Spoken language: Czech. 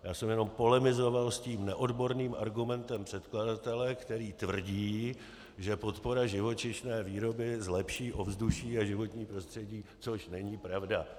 Já jsem jenom polemizoval s tím neodborným argumentem předkladatele, který tvrdí, že podpora živočišné výroby zlepší ovzduší a životní prostředí, což není pravda.